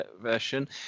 version